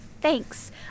Thanks